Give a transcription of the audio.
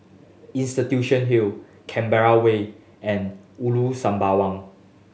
Institution Hill Canberra Way and Ulu Sembawang